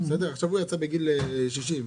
עכשיו הוא יצא בגיל 60,